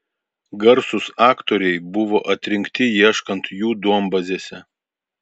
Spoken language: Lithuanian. garsūs aktoriai buvo atrinkti ieškant jų duombazėse